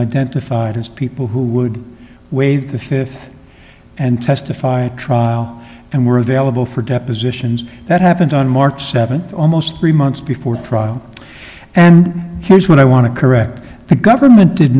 identified as people who would waive the fifth and testify at trial and were available for depositions that happened on march seventh almost three months before trial and here's what i want to correct the government did